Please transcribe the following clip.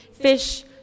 fish